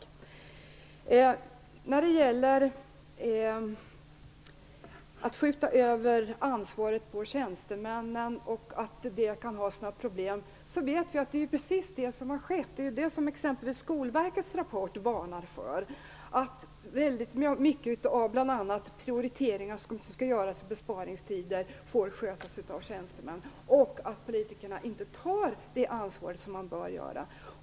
När det gäller att skjuta över ansvaret på tjänstemän och att det kan ha sina problem vet vi att det är precis detta som har skett. Det är det som t.ex. Skolverkets rapport varnar för. Väldigt mycket av prioriteringar i skolan får skötas av tjänstemän i dessa besparingstider. Politikerna tar inte det ansvar som de bör göra.